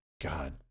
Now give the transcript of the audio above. God